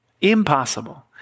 impossible